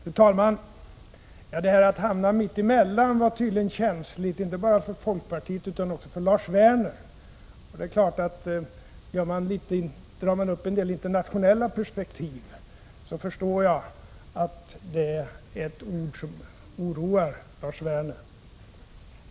Fru talman! Att hamna mitt emellan är tydligen känsligt, inte bara för folkpartiet utan också för Lars Werner. Drar man upp en del internationella perspektiv förstår jag att mitt emellan är ord som oroar Lars Werner.